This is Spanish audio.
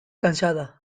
cansada